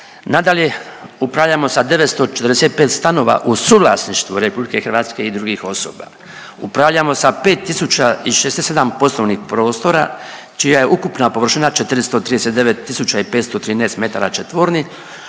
Nadalje, upravljamo sa 945 stanova u suvlasništvu RH i drugih osoba, upravljamo sa 5.067 poslovnih prostora čija je ukupna površina 439.513 metara četvornih